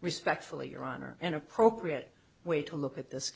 respectfully your honor an appropriate way to look at this